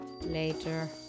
later